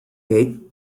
gate